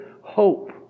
hope